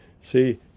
See